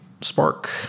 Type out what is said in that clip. Spark